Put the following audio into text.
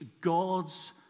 God's